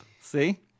See